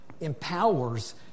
empowers